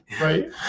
right